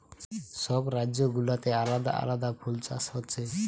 সব রাজ্য গুলাতে আলাদা আলাদা ফুল চাষ হচ্ছে